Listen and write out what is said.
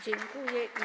Dziękuję.